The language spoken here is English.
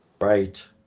Right